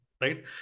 right